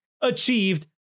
achieved